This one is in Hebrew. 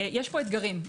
יש פה אתגרים.